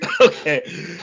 Okay